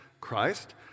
Christ